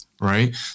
Right